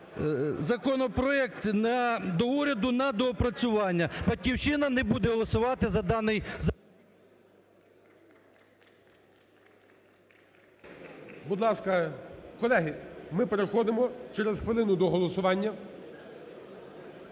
законопроект до уряду на доопрацювання. "Батьківщина" не буде голосувати за даний закон… ГОЛОВУЮЧИЙ. Будь ласка, колеги, ми переходимо через хвилину до голосування.